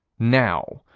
now,